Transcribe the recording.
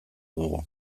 dugu